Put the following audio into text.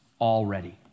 already